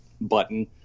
button